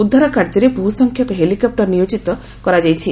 ଉଦ୍ଧାର କାର୍ଯ୍ୟରେ ବହୁ ସଂଖ୍ୟକ ହେଲିକପୁର ନିୟୋଜିତ କରାଯାଇଛି